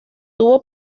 tuvo